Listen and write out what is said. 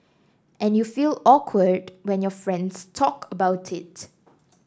and you feel awkward when your friends talk about it